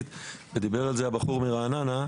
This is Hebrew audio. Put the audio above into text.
ודיבר על זה הבחור מרעננה.